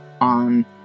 on